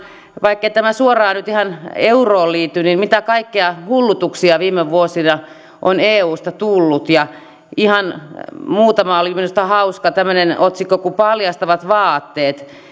vaikkei tämä suoraan nyt ihan euroon liity mitä kaikkia hullutuksia viime vuosina on eusta tullut ihan muutama oli minusta hauska tämmöinen otsikko kuin paljastavat vaatteet